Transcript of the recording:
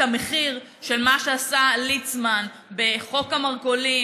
את המחיר של מה שעשה ליצמן בחוק המרכולים